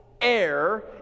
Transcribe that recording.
air